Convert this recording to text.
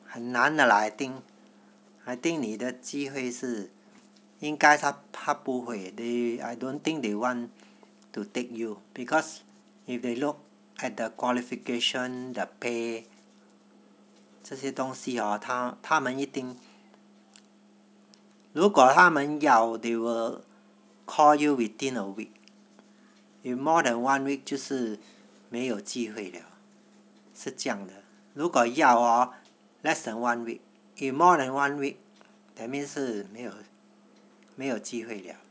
很难的 lah I think I think 你的机会是应该他他不会 they I don't think they want to take you because if they look at the qualification the pay 这些东西 hor 他他们一定如果他们要 they will call you within a week if more than one week 就是没有机会了是这样的如果要 hor less than one week if more than one week that means 是没有没有机会了